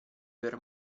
per